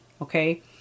Okay